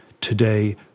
today